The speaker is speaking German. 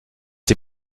die